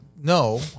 no